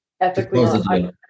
ethically